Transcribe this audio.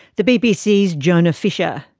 the bbc's jonah fisher.